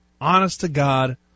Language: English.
honest-to-God